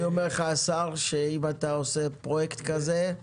אני אומר לך, השר, אם אתה עושה פרויקט כזה של